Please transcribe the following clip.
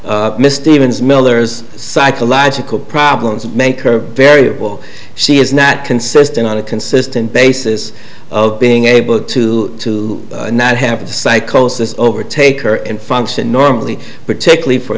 that misstatements miller's psychological problems make her variable she is not consistent on a consistent basis of being able to to not have psychosis overtake her and function normally particularly for